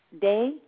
Day